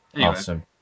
awesome